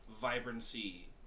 vibrancy